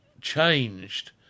changed